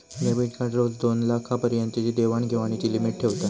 debit card रोज दोनलाखा पर्यंतची देवाण घेवाणीची लिमिट ठेवता